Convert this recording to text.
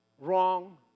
wrong